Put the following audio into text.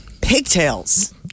Pigtails